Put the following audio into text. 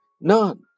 None